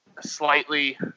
slightly